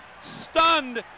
stunned